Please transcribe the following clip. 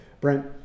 Brent